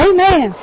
Amen